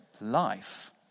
life